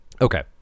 okay